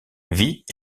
vit